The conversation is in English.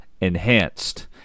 enhanced